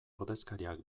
ordezkariak